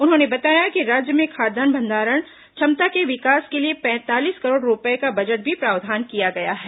उन्होंने बताया कि राज्य में खाद्यान्न भंडारण क्षमता के विकास के लिए पैंतालीस करोड़ रूपये का बजट में प्रावधान किया गया है